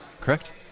correct